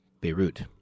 Beirut